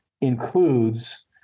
includes